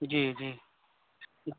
जी जी